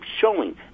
showing